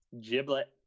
Giblet